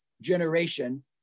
generation